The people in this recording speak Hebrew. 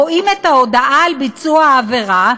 רואים את ההודעה על ביצוע העבירה